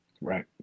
right